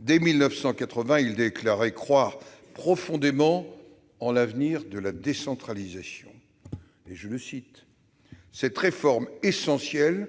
Dès 1980, il déclarait croire profondément en l'avenir de la décentralisation, « cette réforme essentielle